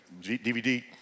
DVD